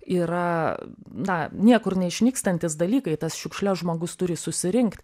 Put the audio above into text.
yra na niekur neišnykstantys dalykai tas šiukšles žmogus turi susirinkt